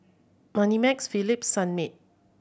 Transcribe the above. Moneymax Philips Sunmaid